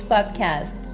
Podcast